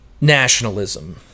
nationalism